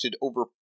over